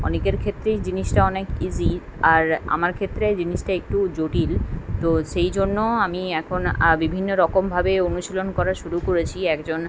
অনেকের ক্ষেত্রেই জিনিসটা অনেক ইজি আর আমার ক্ষেত্রে জিনিসটা একটু জটিল তো সেই জন্য আমি এখন বিভিন্ন রকমভাবে অনুশীলন করা শুরু করেছি একজন